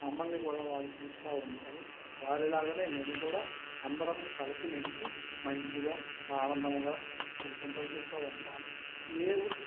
మమ్మల్ని కూడా వారు పిలుస్తూ ఉంటారు వారిలాగానే మేము కూడా అందరం కలిసి మెలిసి మంచిగా ఆనందంగా సుఖ సంతోషాలతో ఉంటాము ఏ